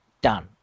done